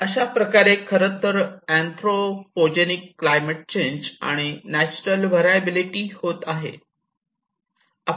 अशा प्रकारामुळे खरेतर अँथ्रो पोजेनिक क्लायमेट चेंज आणि नेचुरल वारीअबिलिटी होत आहे